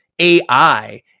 AI